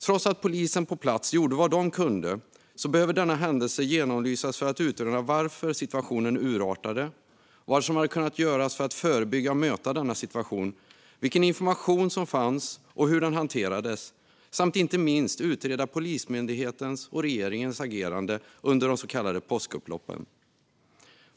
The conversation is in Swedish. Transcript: Trots att polisen på plats gjorde vad de kunde behöver denna händelse genomlysas för att utröna varför situationen urartade, vad som hade kunnat göras för att förebygga och möta denna situation, vilken information som fanns och hur den hanterades. Inte minst behöver man utreda Polismyndighetens och regeringens agerande under de så kallade påskupploppen.